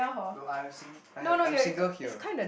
no I have sing~ I have I am single here